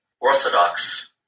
Orthodox